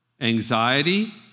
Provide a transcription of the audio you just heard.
anxiety